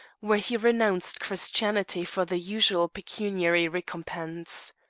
where he renounced christianity for the usual pecuniary recompense.